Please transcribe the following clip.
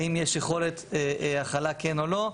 האם יש יכולת הכלה, כן או לא,